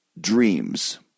dreams